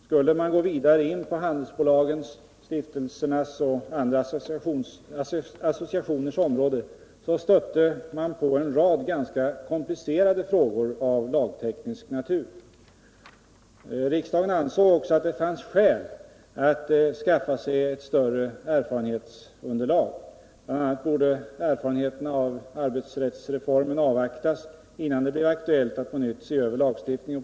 Skulle man gå in på handelsbolagens, stiftelsernas och andra associationers område, stötte man på en rad ganska komplicerade frågor av lagteknisk natur. Riksdagen ansåg också att det fanns skäl att skaffa sig ett större erfarenhetsunderlag; bl.a. borde erfarenheterna av arbetsrättsreformen avvaktas, innan det blev aktueilt att på nytt se över lagstiftningen.